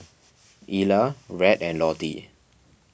Ela Rhett and Lottie